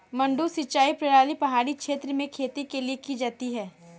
मडडू सिंचाई प्रणाली पहाड़ी क्षेत्र में खेती के लिए की जाती है